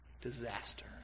disaster